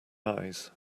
eyes